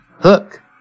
hook